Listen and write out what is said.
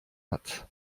hat